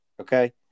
Okay